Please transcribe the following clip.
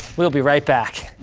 we'll be right back.